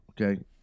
okay